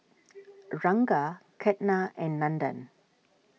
Ranga Ketna and Nandan